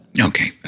Okay